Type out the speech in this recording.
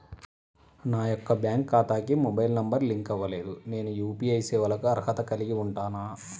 నా యొక్క బ్యాంక్ ఖాతాకి మొబైల్ నంబర్ లింక్ అవ్వలేదు నేను యూ.పీ.ఐ సేవలకు అర్హత కలిగి ఉంటానా?